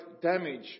damage